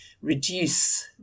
reduce